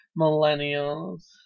Millennials